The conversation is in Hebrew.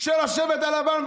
של השבט הלבן,